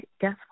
guess